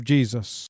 Jesus